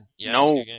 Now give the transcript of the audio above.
No